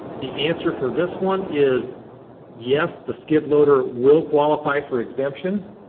the answer for this one is yes the skid loader will qualify for exemption.